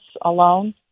alone